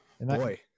boy